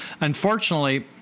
unfortunately